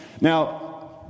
Now